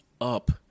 up